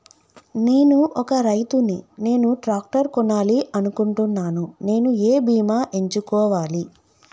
నేను ఒక రైతు ని నేను ట్రాక్టర్ కొనాలి అనుకుంటున్నాను నేను ఏ బీమా ఎంచుకోవాలి?